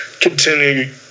continue